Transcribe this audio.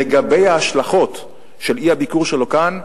לגבי ההשלכות של האי-ביקור שלו כאן,